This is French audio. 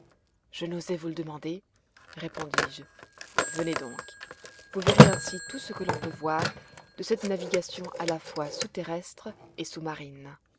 je n'osais vous le demander répondis-je venez donc vous verrez ainsi tout ce que l'on peut voir de cette navigation à la fois sous terrestre et sous-marine